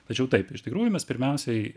tačiau taip iš tikrųjų mes pirmiausiai